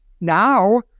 Now